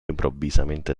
improvvisamente